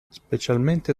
specialmente